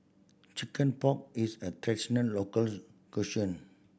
chicken pock is a traditional local cuisine